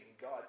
God